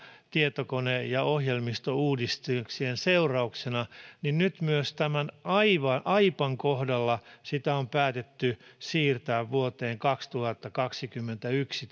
tietokone ja ohjelmistouudistuksien seurauksena niin nyt myös tämän aipan kohdalla tätä uudistusta on päätetty siirtää vuoteen kaksituhattakaksikymmentäyksi